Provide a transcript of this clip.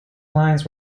lines